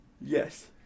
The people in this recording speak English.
Yes